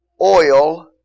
oil